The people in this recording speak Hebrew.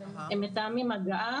הם מתאמים הגעה